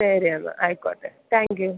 ശരി എന്നാല് ആയിക്കോട്ടെ താങ്ക്യൂ